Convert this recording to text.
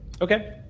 Okay